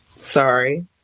Sorry